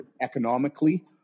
economically